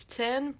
ten